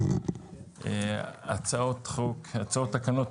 הצעות תקנות